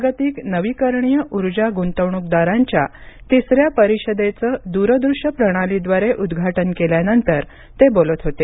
जागतिक नवीकरणीय ऊर्जा गुंतवणूकदारांच्या तिसऱ्या परिषदेचं दूरदृष्य प्रणालीद्वारे उद्घाटन केल्यानंतर ते बोलत होते